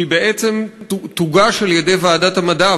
שבעצם תוגש על-ידי ועדת המדע,